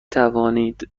توانید